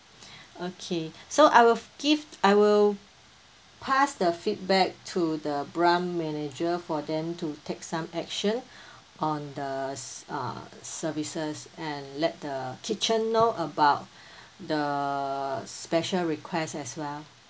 okay so I will give I will pass the feedback to the branch manager for them to take some action on the s~ uh services and let the kitchen know about the special requests as well